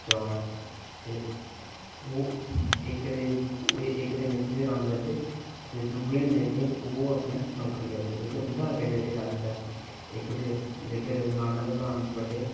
चार ते ओह् इक ते मिस्त्रियां दा कम्म करदे हे ते दूए ने जेह्के ओह् नौकरी करदे न जेह्के उं'दे अग्गै जेह्के जाक्त ऐ इक ते जेह्के नाना दे भ्रा न बड़े